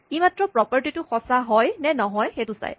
ই মাত্ৰ প্ৰপাৰ্টী টো সচাঁ হয় নে নহয় চায়